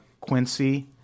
Quincy